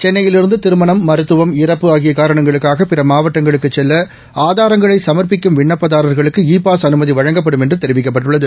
சென்னையிலிருந்து திருமணம் மாத்துவம் இறப்பு ஆகிய காரணங்களுக்காக பிற மாவட்டங்களுக்குச் செல்ல ஆதாரங்களை சமர்ப்பிக்கும் விண்ணப்பதாரர்களுக்கு இ பாஸ் அனுமதி வழங்கப்படும் என்று தெரிவிக்கப்பட்டுள்ளது